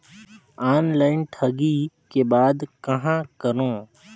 Online ठगी के बाद कहां करों?